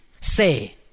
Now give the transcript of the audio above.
say